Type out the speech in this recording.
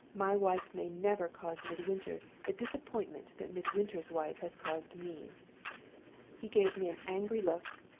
my wife may never cause midwinter the disappointment that midwinter's wife has caused me he gave me an angry look,